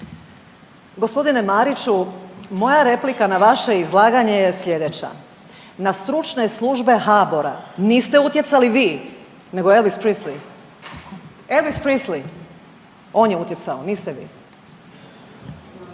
Gospodine Mariću, moja replika na vaše izlaganje je sljedeća, na stručne službe HBOR-a niste utjecali vi nego Elvis Presley, Elvis Presley on je utjecao niste vi.